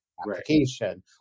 application